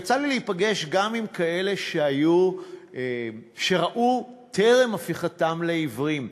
יצא לי להיפגש גם עם כאלה שראו טרם הפיכתם לעיוורים.